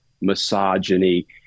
misogyny